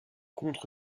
contre